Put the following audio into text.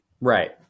Right